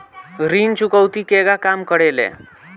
ऋण चुकौती केगा काम करेले?